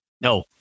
No